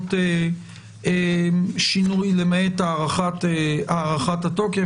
בתקנות שינוי למעט הארכת התוקף.